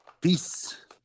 Peace